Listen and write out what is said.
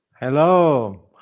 Hello